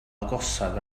agosaf